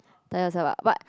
tie yourself up but